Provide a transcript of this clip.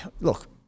Look